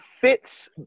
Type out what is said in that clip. fits